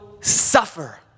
suffer